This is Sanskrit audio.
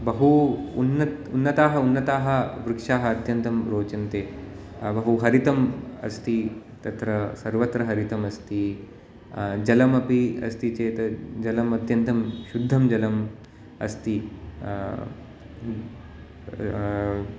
बहू उन् उन्नताः उन्नताः वृक्षाः अत्यन्तं रोचन्ते बहु हरितम् अस्ति तत्र सर्वत्र हरितं अस्ति जलम् अपि अस्ति चेत् जलम् अत्यन्तं शुद्धं जलम् अस्ति